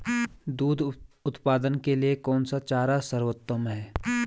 दूध उत्पादन के लिए कौन सा चारा सर्वोत्तम है?